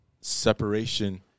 separation